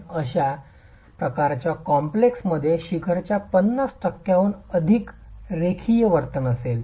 तर अशा प्रकारच्या कॉम्पलेक्स मध्ये शिखरच्या 50 टक्क्यांहून अधिक रेखीय वर्तन असेल